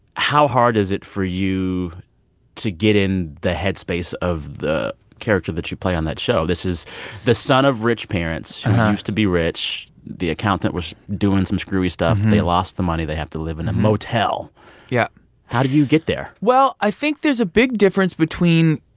how hard is it for you to get in the headspace of the character that you play on that show? this is the son of rich parents who used to be rich. the accountant was doing some screwy stuff. they lost the money. they have to live in a motel yeah how do you get there? well, i think there's a big difference between